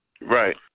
Right